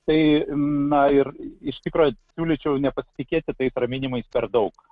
tai na ir iš tikro siūlyčiau nepasitikėti tais raminimais per daug